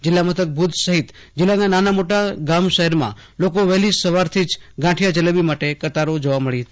જિલ્લા મથક ભુજ સંહિત જિલ્લાના નાના મોટા ગામ શહેરમાં લોકો વહેલી સવારથી જ ગાંઠિયા જલેબી માટે કતારો જોવા મળી હતી